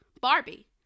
barbie